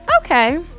Okay